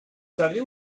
savez